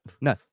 no